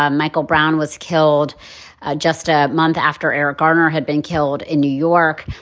ah michael brown was killed just a month after eric garner had been killed in new york.